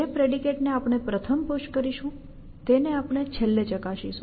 જે પ્રેડિકેટ ને આપણે પ્રથમ પુશ કરીશું તેને આપણે છેલ્લે ચકાસીશું